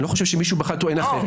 לא חושב שמישהו טוען אחרת,